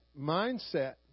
mindset